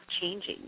changing